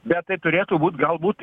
bet tai turėtų būt galbūt